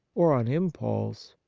or on impulse,